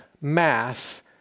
Mass